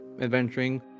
adventuring